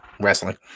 wrestling